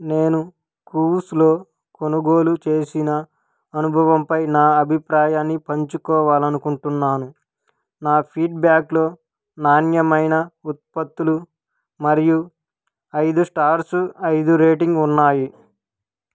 నేను కూవ్స్లో కొనుగోలు చేసిన అనుభవంపై నా అభిప్రాయాన్ని పంచుకోవాలనుకుంటున్నాను నా ఫీడ్బ్యాక్లో నాణ్యమైన ఉత్పత్తులు మరియు ఐదు స్టార్సు ఐదు రేటింగ్ ఉన్నాయి